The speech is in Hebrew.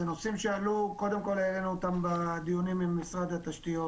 אלה נושאים שהעלינו אותם בדיונים עם משרד התשתיות